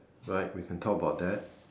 right we can talk about that